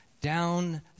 down